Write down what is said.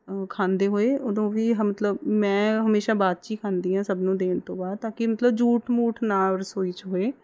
ਖਾਂਦੇ ਹੋਏ ਉਦੋਂ ਵੀ ਮਤਲਬ ਮੈਂ ਹਮੇਸ਼ਾ ਬਾਅਦ 'ਚ ਹੀ ਖਾਂਦੀ ਹਾਂ ਸਭ ਨੂੰ ਦੇਣ ਤੋਂ ਬਾਅਦ ਤਾਂ ਕਿ ਮਤਲਬ ਜੂਠ ਮੂਠ ਨਾ ਰਸੋਈ 'ਚ ਹੋਏ